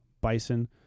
bison